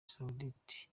saoudite